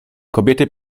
kobiety